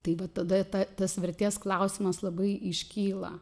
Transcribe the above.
tai vat tada ta tas mirties klausimas labai iškyla